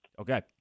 Okay